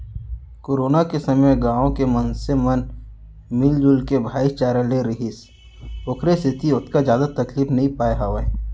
corona के समे गाँव के मनसे मन मिलजुल के भाईचारा ले रिहिस ओखरे सेती ओतका जादा तकलीफ नइ पाय हावय